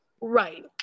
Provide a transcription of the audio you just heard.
Right